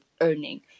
earning